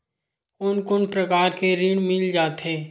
कोन कोन प्रकार के ऋण मिल जाथे?